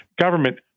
government